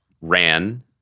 ran